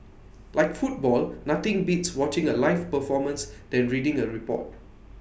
like football nothing beats watching A live performance than reading A report